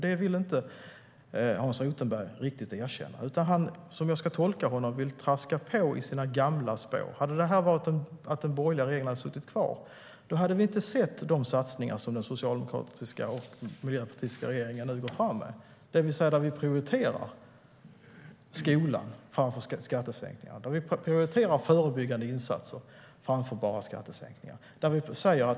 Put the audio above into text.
Det vill inte Hans Rothenberg riktigt erkänna. Han vill, som jag tolkar honom, traska på i sina gamla spår. Hade den borgerliga regeringen suttit kvar hade vi inte sett de satsningar som den socialdemokratiska och miljöpartistiska regeringen nu går fram med. Vi prioriterar skolan framför skattesänkningar. Vi prioriterar förebyggande insatser framför bara skattesänkningar.